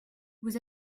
vous